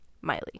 Miley